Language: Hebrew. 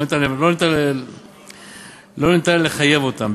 לא ניתן לחייב אותן,